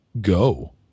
go